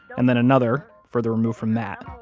and then another further removed from that,